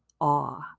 awe